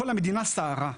כל המדינה סערה.